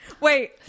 wait